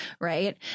Right